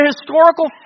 historical